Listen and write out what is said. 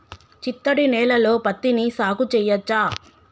చిత్తడి నేలలో పత్తిని సాగు చేయచ్చా?